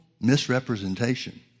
misrepresentation